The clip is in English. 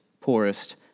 poorest